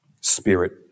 Spirit